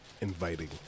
inviting